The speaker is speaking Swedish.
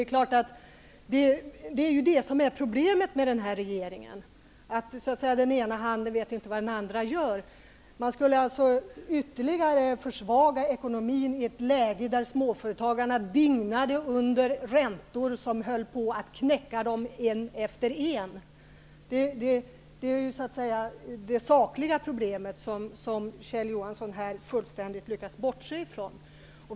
Problemet med den nuvarande regeringen är just att den ena handen inte vet vad den andra handen gör. Man skulle alltså ytterligare försvaga ekonomin i ett läge där småföretagarna dignade under räntebördor som höll på att knäcka den ena småföretagaren efter den andra. Det är det sakliga problemet, och det lyckas Kjell Johansson här fullständigt bortse från.